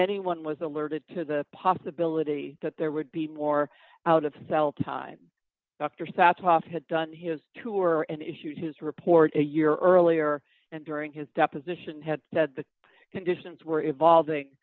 anyone was alerted to the possibility that there would be more out of cell time dr satz hof had done his tour and issued his report a year earlier and during his deposition had said the conditions were evolving